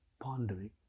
pondering